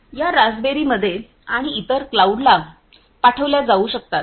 या रास्पबेरीमध्ये आणि इतर क्लाऊडला पाठविले जाऊ शकतात